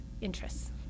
interests